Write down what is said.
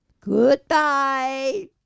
Goodbye